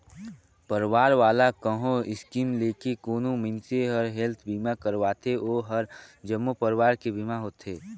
परवार वाला कहो स्कीम लेके कोनो मइनसे हर हेल्थ बीमा करवाथें ओ हर जम्मो परवार के बीमा होथे